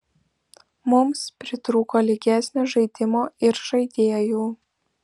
mums pritrūko lygesnio žaidimo ir žaidėjų